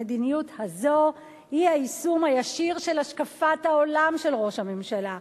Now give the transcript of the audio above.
המדיניות הזאת היא היישום הישיר של השקפת העולם של ראש הממשלה,